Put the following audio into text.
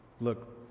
Look